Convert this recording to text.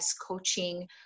coaching